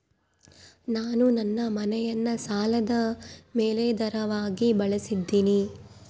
ನಾನು ನನ್ನ ಮನೆಯನ್ನ ಸಾಲದ ಮೇಲಾಧಾರವಾಗಿ ಬಳಸಿದ್ದಿನಿ